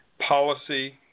policy